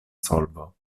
solvo